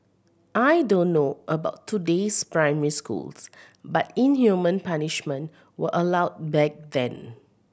I don't know about today's primary schools but inhumane punishment was allowed back then